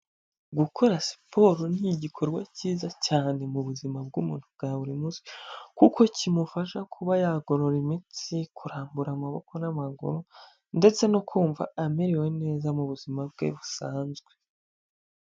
Gukora siporo ni igikorwa cyiza cyane mu buzima bw'umuntu bwa buri munsi, kuko kimufasha kuba yagorora iminsitsi, kurambura amaboko n'amaguru ndetse no kumva amerewe neza mu buzima bwe busanzwe.